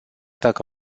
dacă